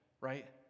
right